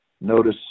notice